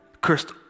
cursed